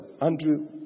Andrew